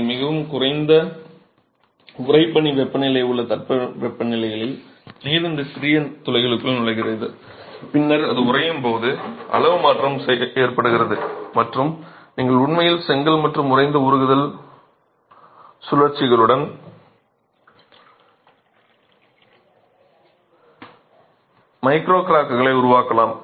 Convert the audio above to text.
நீங்கள் மிகவும் குளிர்ந்த உறைபனி வெப்பநிலை உள்ள தட்பவெப்பநிலைகளில் நீர் இந்த சிறிய துளைகளுக்குள் நுழைகிறது பின்னர் அது உறையும் போது அளவு மாற்றம் ஏற்படுகிறது மற்றும் நீங்கள் உண்மையில் செங்கல் மற்றும் உறைந்த உருகுதல் சுழற்சிகளுடன் மைக்ரோ கிராக்களை உருவாக்கலாம்